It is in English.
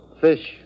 fish